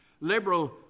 liberal